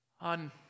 On